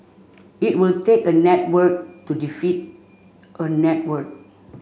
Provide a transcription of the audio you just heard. it will take a network to defeat a network